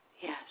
Yes